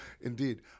Indeed